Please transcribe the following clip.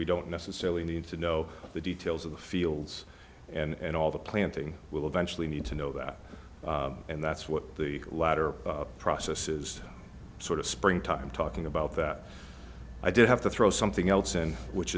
we don't necessarily need to know the details of the fields and all the planting will eventually need to know that and that's what the latter process is sort of springtime talking about that i do have to throw something else in which